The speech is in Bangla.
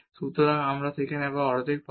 সুতরাং আমরা সেখানে অর্ধেক পাব